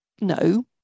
No